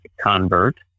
convert